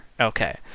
Okay